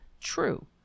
true